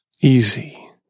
easy